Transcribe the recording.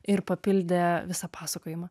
ir papildė visą pasakojimą